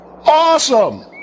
awesome